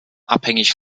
abhängig